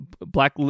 Black